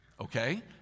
Okay